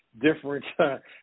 different